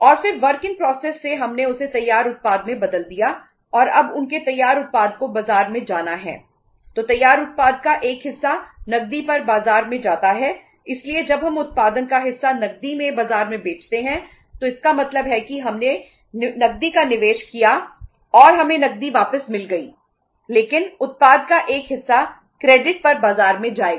और फिर work in process पर बाजार में जाएगा